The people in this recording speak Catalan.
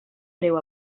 breu